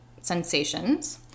sensations